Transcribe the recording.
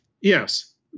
Yes